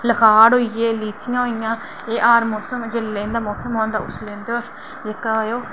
लोहाड़ होई गे लीचियां होइयां एह् हर मौसम जेल्लै इंदा मौसम आंदा उसलै एह्दे पर